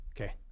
Okay